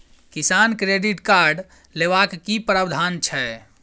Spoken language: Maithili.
किसान क्रेडिट कार्ड लेबाक की प्रावधान छै?